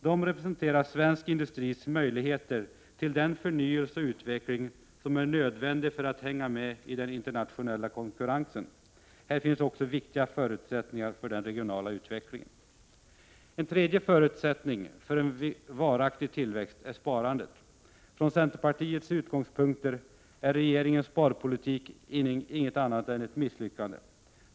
De representerar svensk industris möjligheter till den förnyelse och utveckling som är nödvändig för att vår industri skall kunna hänga med i den internationella konkurrensen. Här finns också viktiga förutsättningar för den regionala utvecklingen. En annan förutsättning för en varaktig tillväxt är sparandet. Från centerpartiets utgångspunkter är regeringens sparpolitik inget annat än ett misslyckande.